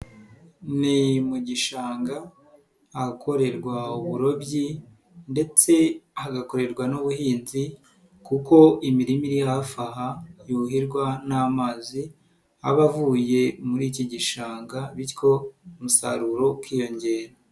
Ni mu gishanga ahakorerwa uburobyi ndetse hagakorerwa n'ubuhinzi kuko imirima iri hafi aha yuhirwa n'amazi, aba avuye muri iki gishanga bityo umusaruro ukiyongera.